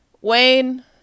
Wayne